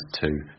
two